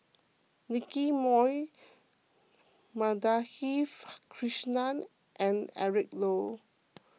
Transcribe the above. Nicky Moey Madhavi Krishnan and Eric Low